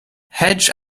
hedge